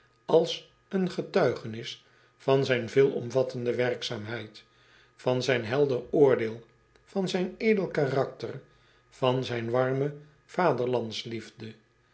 als een getuigenis van zijn veelomvattende werkzaamheid